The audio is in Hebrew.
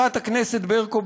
חברת הכנסת ברקו,